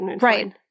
Right